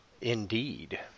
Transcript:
Indeed